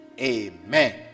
amen